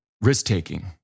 Risk-taking